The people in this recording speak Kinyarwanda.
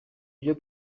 ibyo